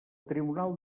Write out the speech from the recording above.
tribunal